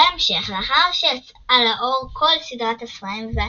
בהמשך, לאחר שיצאה לאור כל סדרת הספרים והסרטים,